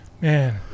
Man